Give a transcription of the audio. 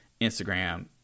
Instagram